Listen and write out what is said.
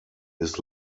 his